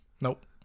Nope